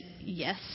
Yes